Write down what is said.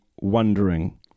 wondering